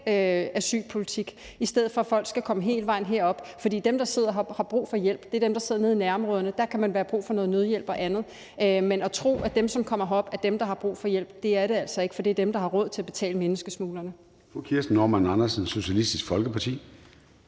asylpolitik, i stedet for at folk skal komme hele vejen herop. For dem, der har brug for hjælp, er dem, der sidder nede i nærområderne; der kan man have brug for noget nødhjælp og andet. Men at tro, at dem, som kommer herop, er dem, der har brug for hjælp, er altså ikke rigtigt. For det er dem, der har råd til at betale menneskesmuglerne.